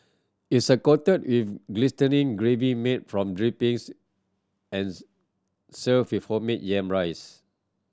is a coated with glistening gravy made from drippings and served with homemade yam rice